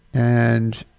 and